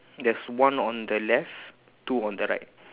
there's one on the left two on the right